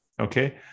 Okay